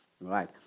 right